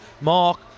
mark